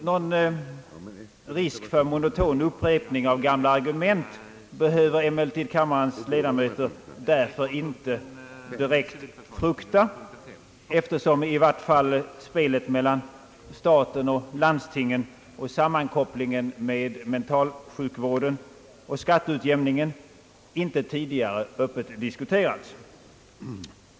Någon risk för monoton upprepning av gamla argument behöver kammarens ledamöter emellertid inte direkt frukta, eftersom i vart fall spelet mellan staten och landstingen och sammankopplingen med mentalsjukvården och skatteutjämningen inte tidigare öppet diskuterats.